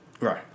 right